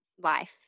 life